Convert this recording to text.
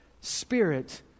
spirit